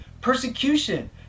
persecution